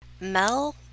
Mel